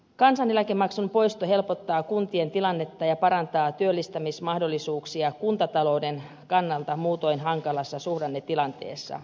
kansaneläkemaksun poisto helpottaa kuntien tilannetta ja parantaa työllistämismahdollisuuksia kuntatalouden kannalta muutoin hankalassa suhdannetilanteessa